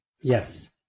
Yes